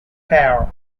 care